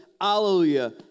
hallelujah